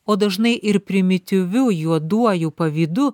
o dažnai ir primityviu juoduoju pavydu